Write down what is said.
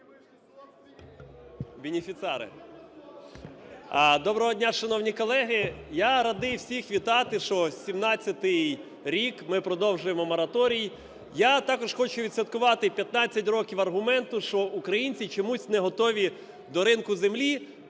Доброго дня, шановні колеги! Я радий всіх вітати, що 17-й рік ми продовжуємо мораторій. Я також хочу відсвяткувати 15 років аргументу, що українці чомусь не готові до ринку землі.